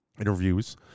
interviews